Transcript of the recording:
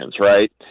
right